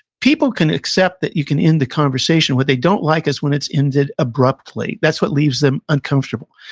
people can accept that you can end the conversation. what they don't like is when it's ended abruptly, that's what leaves them uncomfortable.